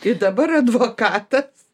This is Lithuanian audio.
tai dabar advokatas